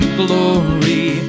glory